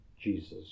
Jesus